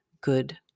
good